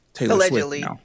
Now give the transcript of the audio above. allegedly